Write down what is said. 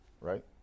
right